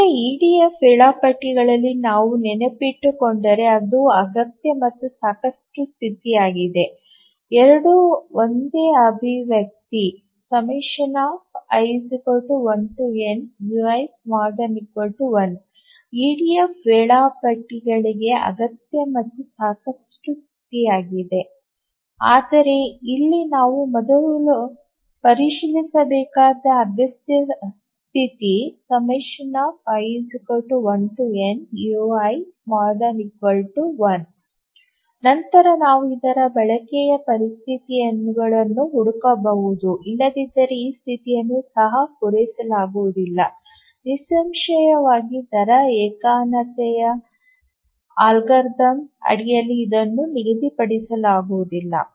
ಆದರೆ ಇಡಿಎಫ್ ವೇಳಾಪಟ್ಟಿಗಳಲ್ಲಿ ನಾವು ನೆನಪಿಟ್ಟುಕೊಂಡರೆ ಇದು ಅಗತ್ಯ ಮತ್ತು ಸಾಕಷ್ಟು ಸ್ಥಿತಿಯಾಗಿದೆ ಎರಡೂ ಒಂದೇ ಅಭಿವ್ಯಕ್ತಿ i1nui1 ಇಡಿಎಫ್ ವೇಳಾಪಟ್ಟಿಗಳಿಗೆ ಅಗತ್ಯ ಮತ್ತು ಸಾಕಷ್ಟು ಸ್ಥಿತಿಯಾಗಿದೆ ಆದರೆ ಇಲ್ಲಿ ನಾವು ಮೊದಲು ಪರಿಶೀಲಿಸಬೇಕಾದ ಅಗತ್ಯ ಸ್ಥಿತಿ i1nui1 ನಂತರ ನಾವು ಇತರ ಬಳಕೆಯ ಪರಿಸ್ಥಿತಿಗಳನ್ನು ಹುಡುಕಬಹುದು ಇಲ್ಲದಿದ್ದರೆ ಈ ಸ್ಥಿತಿಯನ್ನು ಸಹ ಪೂರೈಸಲಾಗುವುದಿಲ್ಲ ನಿಸ್ಸಂಶಯವಾಗಿ ದರ ಏಕತಾನತೆಯ ಅಲ್ಗಾರಿದಮ್ ಅಡಿಯಲ್ಲಿ ಇದನ್ನು ನಿಗದಿಪಡಿಸಲಾಗುವುದಿಲ್ಲ